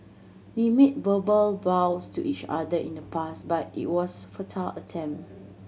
we made verbal vows to each other in the past but it was futile attempt